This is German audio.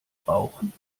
rauchen